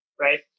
right